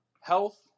health